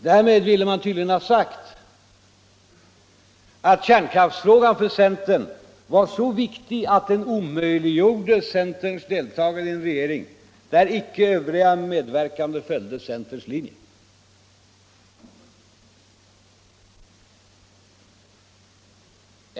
Därmed ville man tydligen ha sagt att kärnkraftsfrågan för centern var så viktig att den omöjliggjorde centerns deltagande i en regering där icke övriga medverkande följde centerns linje.